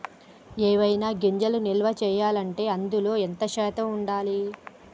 ఏవైనా గింజలు నిల్వ చేయాలంటే అందులో ఎంత శాతం ఉండాలి?